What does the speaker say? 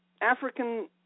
African